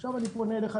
עכשיו אני פונה אליך,